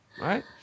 right